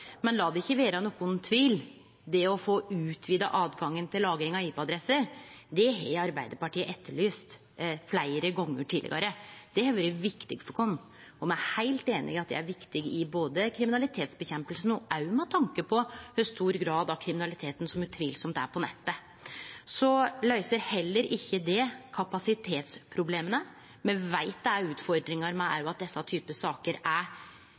Men la det ikkje vere nokon tvil: Det å få utvida åtgangen til lagring av IP-adresser har Arbeidarpartiet etterlyst fleire gonger tidlegare. Det har vore viktig for oss, og me er heilt einige i at det er viktig i både kriminalitetsnedkjempinga og òg med tanke på kor stor grad av kriminaliteten som utvilsamt er på nettet. Så løyser heller ikkje det kapasitetsproblema. Me veit at det òg er utfordringar med at slike saker er